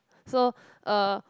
so uh